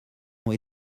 ont